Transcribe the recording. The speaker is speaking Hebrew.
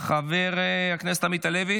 חבר הכנסת חנוך דב מלביצקי,